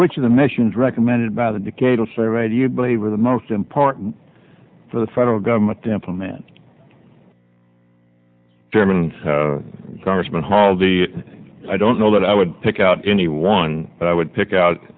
which of the missions recommended by the decay to say made you believe are the most important for the federal government to implement german congressman hall the i don't know that i would pick out any one but i would pick out